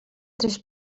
tres